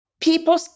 People